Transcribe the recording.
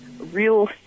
real